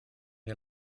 dir